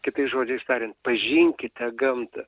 kitais žodžiais tariant pažinkite gamtą